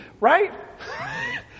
right